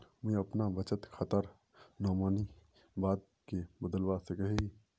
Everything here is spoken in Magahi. मुई अपना बचत खातार नोमानी बाद के बदलवा सकोहो ही?